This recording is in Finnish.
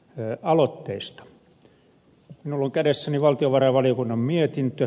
minulla on kädessäni valtiovarainvaliokunnan mietintö